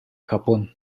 japón